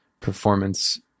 performance